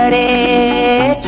a